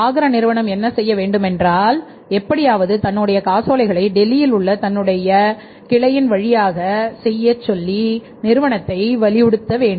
ஆக்ரா நிறுவனம் என்ன செய்ய வேண்டும் என்றால் எப்படியாவது தன்னுடைய காசோலைகளை டெல்லியில் உள்ள தன்னுடைய கிளையின் வழியாக செய்ய டெல்லி நிறுவனத்தை வலியுறுத்த வேண்டும்